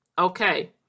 Okay